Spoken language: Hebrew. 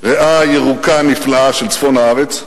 ריאה ירוקה נפלאה של צפון הארץ.